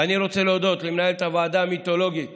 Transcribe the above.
אני רוצה להודות למנהלת הוועדה המיתולוגית